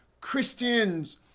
Christians